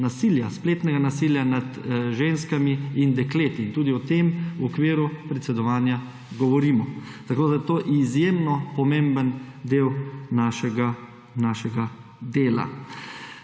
nasilja, spletnega nasilja nad ženskami in dekleti, in tudi o tem v okviru predsedovanja govorimo. To je izjemno pomemben del našega dela.